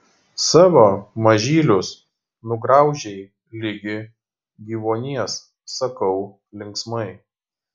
savo mažylius nugraužei ligi gyvuonies sakau linksmai